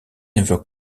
never